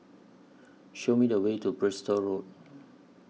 Show Me The Way to Bristol Road